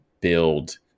build